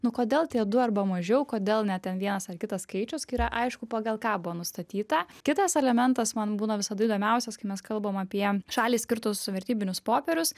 nu kodėl tie du arba mažiau kodėl ne ten vienas ar kitas skaičius kai yra aišku pagal ką buvo nustatyta kitas elementas man būna visada įdomiausias kai mes kalbam apie šaliai skirtus vertybinius popierius